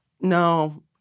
No